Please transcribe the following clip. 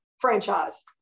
franchise